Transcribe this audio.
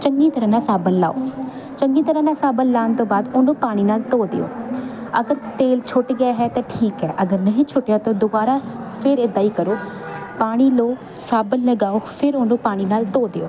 ਚੰਗੀ ਤਰ੍ਹਾਂ ਨਾਲ ਸਾਬਣ ਲਾਓ ਚੰਗੀ ਤਰ੍ਹਾਂ ਨਾਲ ਸਾਬਣ ਲਾਉਣ ਤੋਂ ਬਾਅਦ ਉਹਨੂੰ ਪਾਣੀ ਨਾਲ ਧੋ ਦਿਓ ਅਗਰ ਤੇਲ ਛੁੱਟ ਗਿਆ ਹੈ ਤਾਂ ਠੀਕ ਹੈ ਅਗਰ ਨਹੀਂ ਛੁੱਟਿਆ ਤਾ ਦੁਬਾਰਾ ਫਿਰ ਇੱਦਾਂ ਹੀ ਕਰੋ ਪਾਣੀ ਲਓ ਸਾਬਣ ਲਗਾਓ ਫਿਰ ਉਹਨੂੰ ਪਾਣੀ ਨਾਲ ਧੋ ਦਿਓ